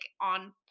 on